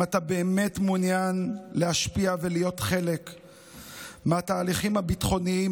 אם אתה באמת מעוניין להשפיע ולהיות חלק מהתהליכים הביטחוניים,